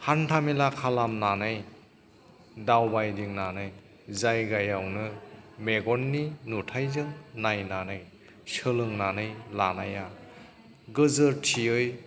हान्थामेला खालामनानै दावबायदिंनानै जायगायावनो मेगननि नुथायजों नायनानै सोलोंनानै लानाया गोजोरथियै